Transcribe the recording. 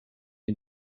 you